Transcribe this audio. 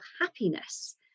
happiness